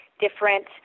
different